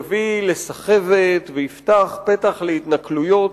יביא לסחבת ויפתח פתח להתנכלויות.